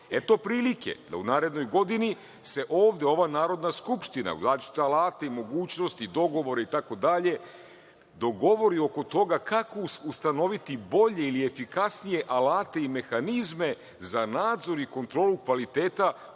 Eto prilike da u narednoj godini se ovde ova Narodna skupština, uz različite alate i mogućnosti, dogovora, itd, dogovori oko toga kako ustanoviti bolje ili efikasnije alate i mehanizme za nadzor i kontrolu kvaliteta